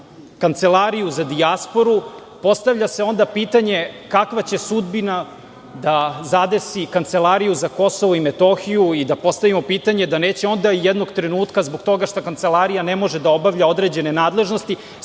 Kancelariju za dijasporu, postavlja se onda pitanje kakva će sudbina da zadesi Kancelariju za Kosovo i Metohiju i da postavimo pitanje, da neće onda jednog trenutka zbog toga što Kancelarija ne može da obavlja određene nadležnosti,